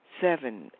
Seven